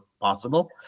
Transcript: possible